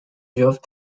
geoff